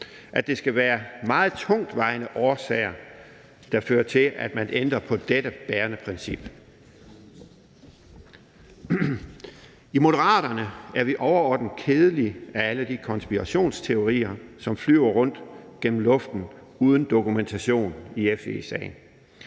at det skal være meget tungtvejende årsager, der fører til, at man ændrer på dette bærende princip. I Moderaterne er vi overordnet kede af alle de konspirationsteorier, som flyver rundt gennem luften uden dokumentation i FE-sagen.